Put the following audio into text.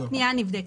כל פנייה נבדקת.